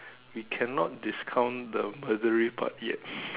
we cannot discount the murder part yet